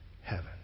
heaven